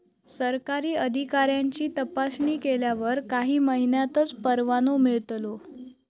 सरकारी अधिकाऱ्यांची तपासणी केल्यावर काही महिन्यांतच परवानो मिळतलो